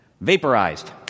vaporized